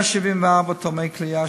174 תורמי כליה,